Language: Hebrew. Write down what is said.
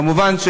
כמובן,